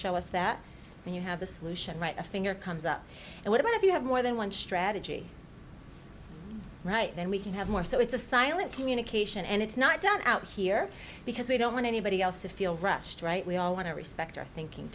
show us that you have the solution right a figure comes up and what about if you have more than one strategy right then we can have more so it's a silent communication and it's not done out here because we don't want anybody else to feel rushed right we all want to respect our thinking